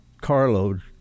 carload